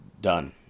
done